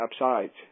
upsides